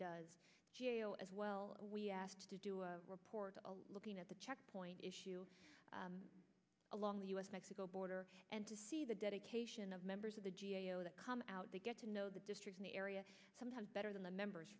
does as well we asked to do a report looking at the checkpoint issue along the us mexico border and to see the dedication of members of the g a o that come out they get to know the district in the area sometimes better than the members